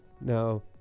now